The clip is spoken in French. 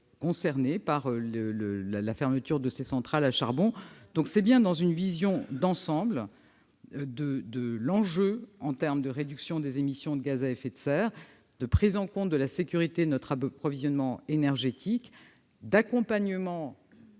affectés par la fermeture de ces centrales à charbon. Nous nous inscrivons donc bien dans une vision d'ensemble, incluant l'enjeu en termes de réduction des émissions de gaz à effet de serre, la prise en compte de la sécurité de notre approvisionnement énergétique, l'accompagnement